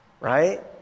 right